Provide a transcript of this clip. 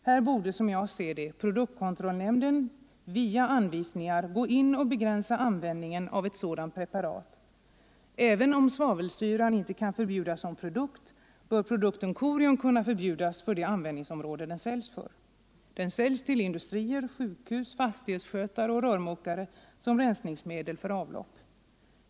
Här borde, som jag ser det, produktkontrollnämnden via anvisningar gå in och begränsa 147 användningen av ett sådant preparat. Även om svavelsyra inte kan förbjudas som produkt bör produkten Corium 50 kunna förbjudas för det användningsområde den säljs för. Den säljs till industrier, sjukhus, fastighetsskötare och rörmokare som rensningsmedel för avlopp.